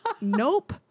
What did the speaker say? Nope